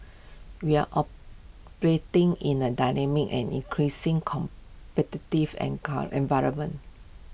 we are operating in A dynamic and increasing competitive an car environment